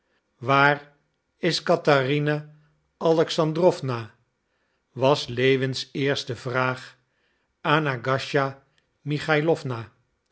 waar is catharina alexandrowna was lewins eerste vraag aan agasija michailowna